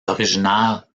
originaire